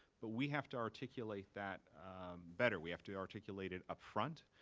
but we have to articulate that better. we have to articulate it upfront.